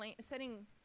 setting